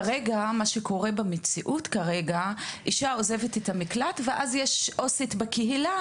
כרגע כאשר אישה עוזבת את המקלט יש עו"סית בקהילה